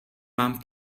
mám